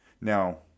now